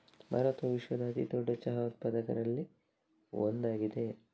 ಭಾರತವು ವಿಶ್ವದ ಅತಿ ದೊಡ್ಡ ಚಹಾ ಉತ್ಪಾದಕರಲ್ಲಿ ಒಂದಾಗಿದೆ